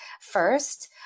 first